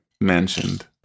mentioned